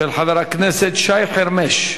של חבר הכנסת שי חרמש.